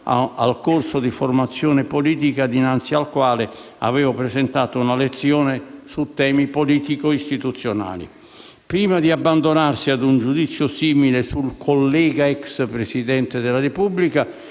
al corso di formazione politica dinanzi al quale ho presentato una lezione su temi politico-istituzionali. Prima di abbandonarsi a un giudizio simile sul «collega ex Presidente della Repubblica»,